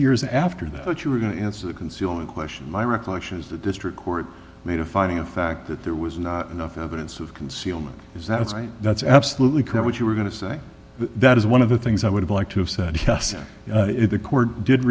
years after that but you are going to answer the concealed question my recollection is the district court made a finding of fact that there was not enough evidence of concealment is that it's that's absolutely correct what you were going to say that is one of the things i would have liked to have said yes the court did